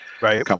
Right